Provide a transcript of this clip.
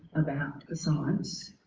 about the science,